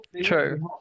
True